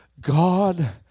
God